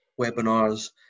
webinars